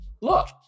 look